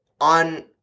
on